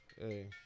hey